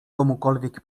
komukolwiek